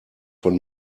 von